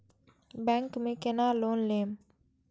Bank में केना loan लेम?